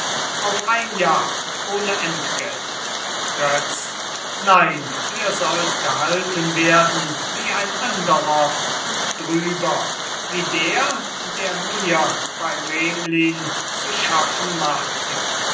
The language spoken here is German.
auf ein jahr ohne entgelt götz nein ihr sollt gehalten werden wie ein anderer und drüber wie der der mir bei remlin zu schaffen machte